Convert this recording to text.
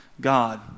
God